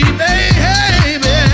baby